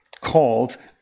called